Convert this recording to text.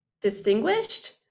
distinguished